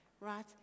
right